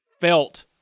felt